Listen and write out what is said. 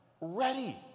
ready